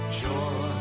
joy